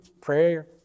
prayer